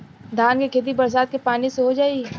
धान के खेती बरसात के पानी से हो जाई?